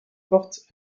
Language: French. fortes